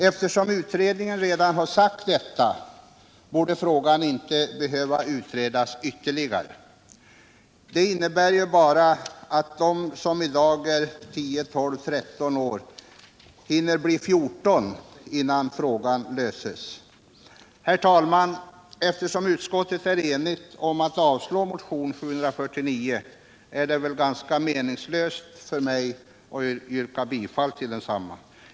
Eftersom utredningen redan sagt detta borde frågan inte behöva utredas ytterligare. Det innebär ju bara att de som i dag är 11, 12 eller 13 år hinner bli 14 år innan frågan löses. Herr talman! Eftersom utskottet är enigt om att avslå motion 749 är det väl ganska meningslöst för mig att yrka bifall till densamma.